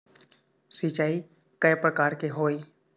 सिचाई कय प्रकार के होये?